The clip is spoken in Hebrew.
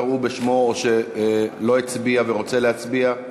קראו בשמו או שלא הצביע ורוצה להצביע?